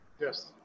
Yes